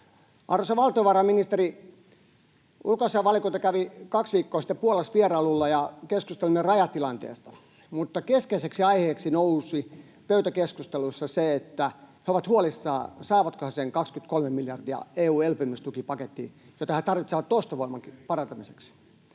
Arvoisa valtiovarainministeri, ulkoasiainvaliokunta kävi kaksi viikkoa sitten Puolassa vierailulla, ja keskustelimme rajatilanteesta, mutta keskeiseksi aiheeksi nousi pöytäkeskusteluissa se, että he ovat huolissaan, saavatko he EU:n elpymistukipaketista sen 23 miljardia, jota he tarvitsevat ostovoiman parantamiseksi.